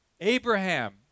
Abraham